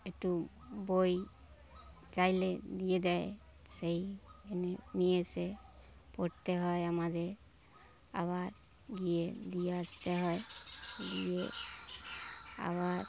একটু বই চাইলে দিয়ে দেয় সেই এনে নিয়ে এসে পড়তে হয় আমাদের আবার গিয়ে দিয়ে আসতে হয় গিয়ে আবার